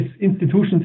institutions